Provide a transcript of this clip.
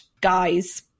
guys